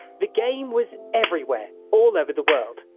the game was everywhere, all over the world.